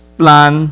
plan